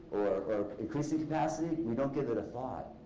or increasing capacity, you don't give it a thought.